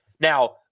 Now